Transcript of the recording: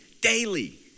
Daily